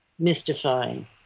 Mystifying